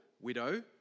widow